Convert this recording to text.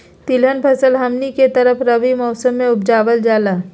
तिलहन फसल हमनी के तरफ रबी मौसम में उपजाल जाला